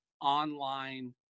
online